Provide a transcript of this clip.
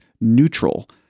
neutral